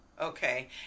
Okay